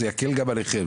זה יקל גם עליכם,